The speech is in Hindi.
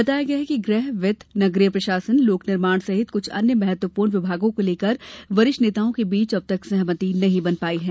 बताया गया है कि गृह वित्त नगरीय प्रशासन लोक निर्माण सहित कुछ अन्य महत्वपूर्ण विभागों को लेकर वरिष्ठ नेताओं के बीच अब तक सहमति नहीं बन पाई है